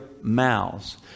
mouths